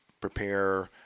prepare